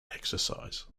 exercise